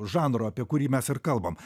žanro apie kurį mes ir kalbam